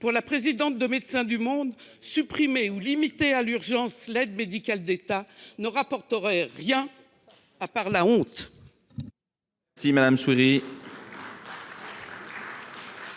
pour la présidente de Médecins du monde, supprimer ou limiter à l’urgence l’aide médicale de l’État « ne rapporterait rien, à part la honte